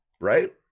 right